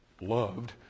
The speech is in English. loved